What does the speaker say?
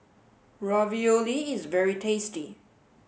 Ravioli is very tasty